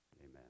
Amen